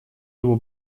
его